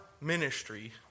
ministry